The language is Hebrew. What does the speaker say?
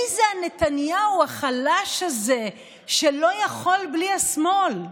מי זה הנתניהו החלש הזה שלא יכול בלי השמאל?